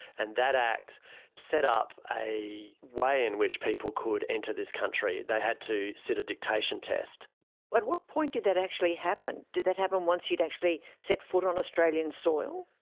and that act set up a way in which people could enter this country. they had to sit a dictation test what what point did that actually happen? did that happen once you had actually set foot on australian soil?